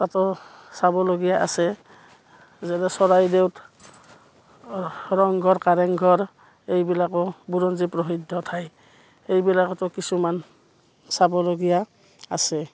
তাতো চাবলগীয়া আছে যেনে চৰাইদেউত ৰংঘৰ কাৰেংঘৰ এইবিলাকো বুৰঞ্জী প্ৰসিদ্ধ ঠাই এইবিলাকতো কিছুমান চাবলগীয়া আছে